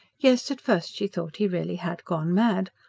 yes, at first she thought he really had gone mad.